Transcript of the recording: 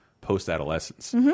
post-adolescence